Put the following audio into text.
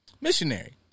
missionary